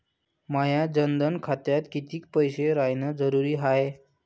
माया जनधन खात्यात कितीक पैसे रायन जरुरी हाय?